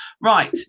right